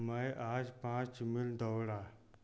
मैं आज पाँच मील दौड़ा